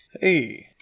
Hey